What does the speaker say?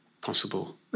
possible